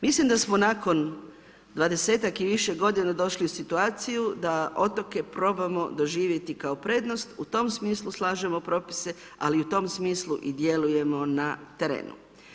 Mislim da smo nakon 20ak i više godina došli u situaciju da otoke probamo doživjeti kao prednost, u tom smislu slažemo propise, ali u tom smislu djelujemo i na terenu.